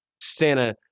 Santa